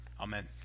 Amen